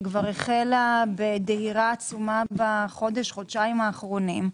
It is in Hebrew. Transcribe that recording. שהחלה בדהירה עצומה בחודש-חודשיים האחרונים,